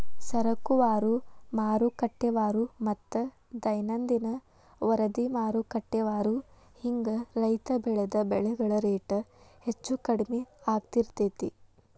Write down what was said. ಸರಕುವಾರು, ಮಾರುಕಟ್ಟೆವಾರುಮತ್ತ ದೈನಂದಿನ ವರದಿಮಾರುಕಟ್ಟೆವಾರು ಹಿಂಗ ರೈತ ಬೆಳಿದ ಬೆಳೆಗಳ ರೇಟ್ ಹೆಚ್ಚು ಕಡಿಮಿ ಆಗ್ತಿರ್ತೇತಿ